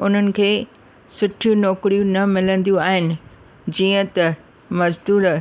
हुननि खे सुठियूं नौकरियूं न मिलंदियूं आहिनि जीअं त मज़दूर